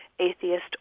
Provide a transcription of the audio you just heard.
atheist